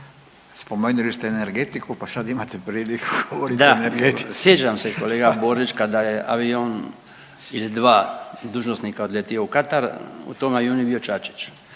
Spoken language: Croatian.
Spomenuli ste energetiku pa sad imate priliku govoriti o energetici. **Bačić, Branko (HDZ)** Da, sjećam se kolega Borić kada je avion ili dva dužnosnika odletio u Katar, u tom avionu je bio Čačić,